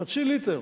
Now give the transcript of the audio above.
חצי ליטר